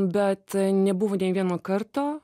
bet nebuvo nė vieno karto